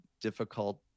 difficult